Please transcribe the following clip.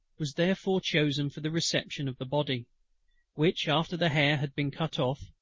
was therefore chosen for the reception of the body which, after the hair had been cut off,